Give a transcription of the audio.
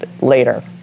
later